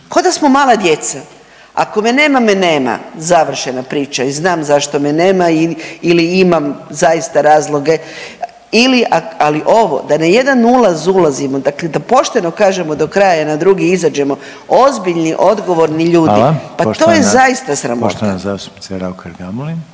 koda smo mala djeca. Ako me nema me nema, završena priča i znam zašto me nema ili imam zaista razloge ili, ali ovo da na jedan ulaz ulazimo dakle da pošteno kažemo do kraja i na drugi izađemo, ozbiljni i odgovorni ljudi…/Upadica Reiner: Hvala,